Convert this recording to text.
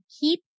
keep